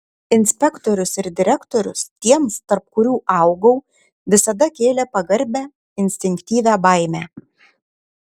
inspektorius ir direktorius tiems tarp kurių augau visada kėlė pagarbią instinktyvią baimę